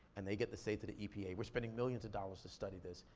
and they get the say to the epa, we're spending millions of dollars to study this.